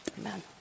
Amen